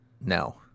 No